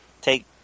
take